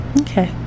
Okay